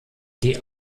die